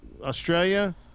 Australia